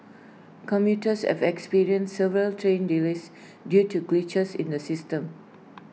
commuters have experienced several train delays due to glitches in the system